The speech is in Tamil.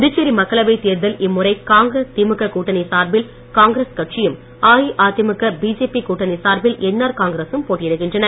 புதுச்சேரி மக்களவை தேர்தல் இம்முறை காங்கிரஸ் திமுக கூட்டணி சார்பில் காங்கிரஸ் கட்சியும் அஇஅதிமுக பிஜேபி கூட்டணி சார்பில் என் ஆர் காங்கிரசும் போட்டியிடுகின்றன